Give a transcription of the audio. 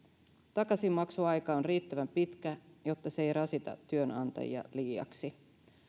takaisinmaksuaika on riittävän pitkä jotta se ei rasita työnantajia liiaksi